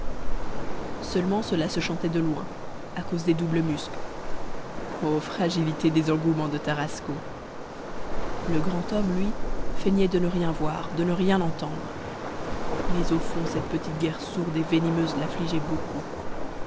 seulement cela se chantait de loin à cause des doubles muscles o fragilité des engouements de tarascon le grand homme lui feignait de ne rien voir de ne rien entendre mais au fond cette petite guerre sourde et venimeuse l'affligeait beaucoup